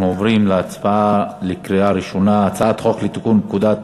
אנחנו עוברים להצבעה בקריאה ראשונה: הצעת חוק לתיקון פקודת